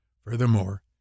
Furthermore